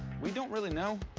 we don't really know.